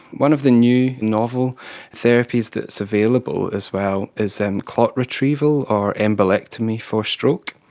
one of the new novel therapies that is available as well is and clot retrieval or embolectomy for stroke.